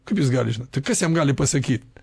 kaip jis gali žinot tai kas jam gali pasakyt